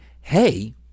hey